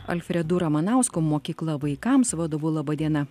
alfredu ramanausku mokykla vaikams vadovu laba diena